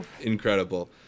Incredible